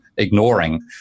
ignoring